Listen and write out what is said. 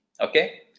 Okay